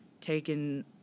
taken